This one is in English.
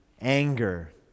anger